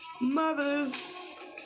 Mothers